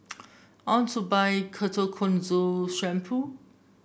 I want to buy Ketoconazole Shampoo